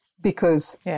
Because-